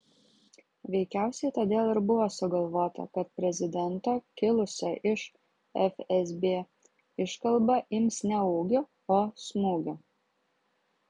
veikiausiai todėl ir buvo sugalvota kad prezidento kilusio iš fsb iškalba ims ne ūgiu o smūgiu